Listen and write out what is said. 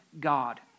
God